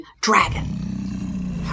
dragon